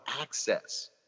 access